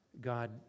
God